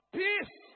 peace